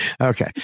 Okay